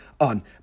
on